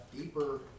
deeper